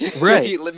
Right